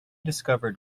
discover